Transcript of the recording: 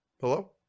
hello